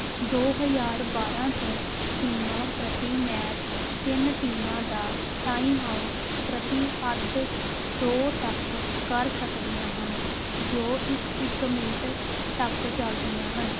ਦੋ ਹਜ਼ਾਰ ਬਾਰਾਂ ਤੋਂ ਟੀਮਾਂ ਪ੍ਰਤੀ ਮੈਚ ਤਿੰਨ ਟੀਮਾਂ ਦਾ ਟਾਈਮ ਆਊਟ ਪ੍ਰਤੀ ਅੱਧ ਦੋ ਤੱਕ ਕਰ ਸਕਦੀਆਂ ਹਨ ਜੋ ਇੱਕ ਇੱਕ ਮਿੰਟ ਤੱਕ ਚਲਦੀਆਂ ਹਨ